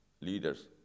leaders